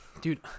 dude